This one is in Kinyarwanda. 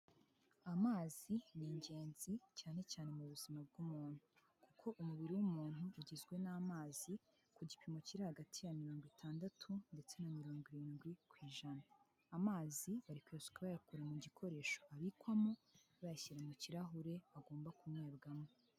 Amazi ni ingenzi cyane cyane mu buzima bw'umuntu kuko umubiri w'umuntu ugizwe n'amazi ku gipimo kiri hagati ya mirongo itandatu ndetse na mirongo irindwi ku ijana amazi bari kuyasuka bakura mu gikoresho abikwamo bayashyira mu kirahure bagomba kunyobwamo